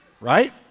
Right